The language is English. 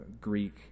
Greek